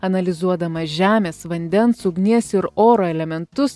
analizuodama žemės vandens ugnies ir oro elementus